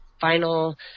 final